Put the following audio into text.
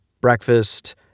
breakfast